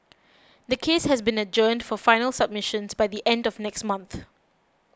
the case has been adjourned for final submissions by the end of next month